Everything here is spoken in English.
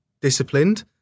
disciplined